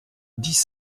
dix